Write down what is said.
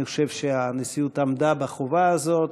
אני חושב שהנשיאות עמדה בחובה הזאת,